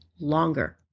longer